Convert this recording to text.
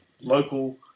local